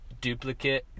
duplicate